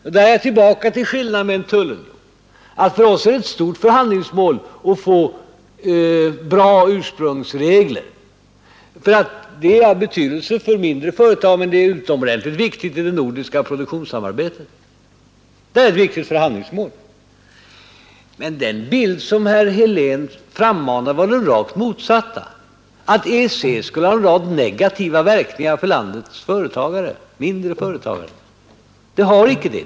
Där är jag tillbaka till skillnaden med en tullunion, och för oss är det ett stort förhandlingsmål att få bra ursprungsregler, för att det är av betydelse för mindre företag men det är också utomordentligt viktigt i det nordiska produktionssamarbetet. Det är ett viktigt förhandlingsmål. Men den bild som herr Helén frammanade var den rakt motsatta, nämligen att EEC skulle ha en rad negativa verkningar för landets mindre företagare. Det har icke det.